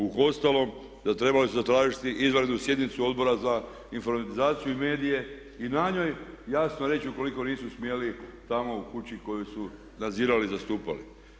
Uostalom trebali su zatražiti izvanrednu sjednicu Odbora za informatizaciju i medije i na njoj jasno reći ukoliko nisu smjeli stanovat u kući u koju su nadzirali i zastupali.